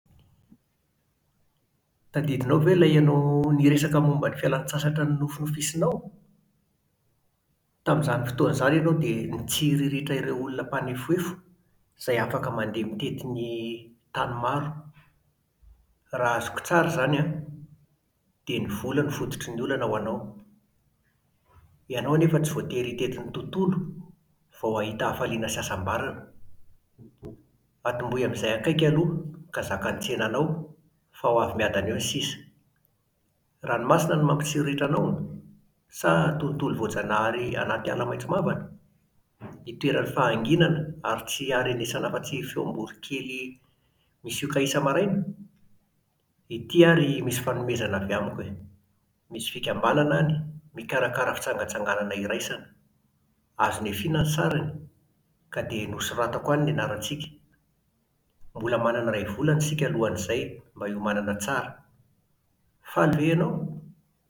Tadidinao ve ilay ianao niresaka momba ny fialan-tsasatra nofinofinofisinao? Tamin'izany fotoana izany ianao dia nitsiriritra ireo olona mpanefoefo izay afaka mandeha mitety ny tany maro. Raha azoko tsara izany an, dia ny vola no fototry ny olana ho anao. Ianao anefa tsy voatery hitety ny tontolo vao hahita hafaliana sy hasambarana. Atombohy amin'izay akaiky aloha ka zakan'ny tsenanao, fa ho avy miadana eo ny sisa. Ranomasina no mampitsiriritra anao? Sa tontolo voajanahary anaty ala maitso mavana, itoeran'ny fahanginana ary tsy aharenesana afa-tsy feom-boronkely misioka isa-maraina? Inty ary misy fanomezana avy amiko e! Misy fikambanana any mikarakara fitsangantsanganana iraisana. Azo nihafiana ny sarany ka dia nosoratako any ny anarantsika. Mbola manana iray volana isika alohan'izay mba hiomanana tsara. Faly ve ianao?